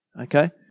Okay